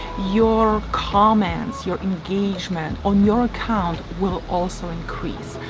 your comments, your engagement on your account will also increase.